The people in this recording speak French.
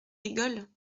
rigole